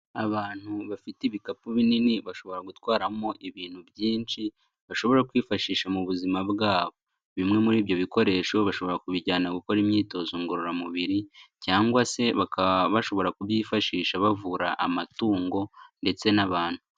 Abantu bafite ibikapu binini bashobora gutwaramo ibintu byinshi, bashobora kwifashisha mu buzima bwabo. Bimwe muri ibyo bikoresho bashobora kubijyana gukora imyitozo ngororamubiri cyangwa se bakaba bashobora kubyifashisha bavura amatungo ndetse n'abantu.